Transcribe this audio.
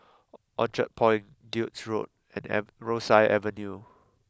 Orchard Point Duke's Road and am Rosyth Avenue